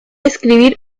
escribir